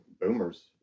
boomers